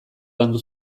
landu